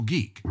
Geek